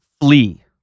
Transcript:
flee